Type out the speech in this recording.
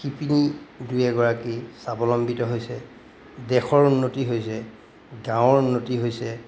শিপিনী দুই এগৰাকী স্বাৱলম্বিত হৈছে দেশৰ উন্নতি হৈছে গাঁৱৰ উন্নতি হৈছে